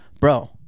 Bro